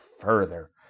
further